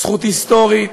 זכות היסטורית,